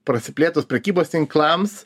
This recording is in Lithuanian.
prasiplėtus prekybos tinklams